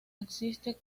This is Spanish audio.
existe